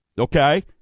okay